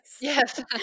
Yes